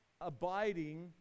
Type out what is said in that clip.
abiding